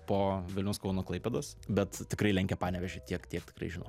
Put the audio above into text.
po vilniaus kauno klaipėdos bet tikrai lenkia panevėžį tiek tiek tikrai žinau